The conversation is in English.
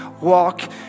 walk